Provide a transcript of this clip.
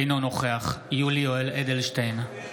אינו נוכח יולי יואל אדלשטיין,